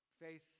Faith